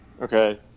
okay